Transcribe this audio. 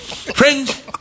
Friends